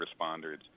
responders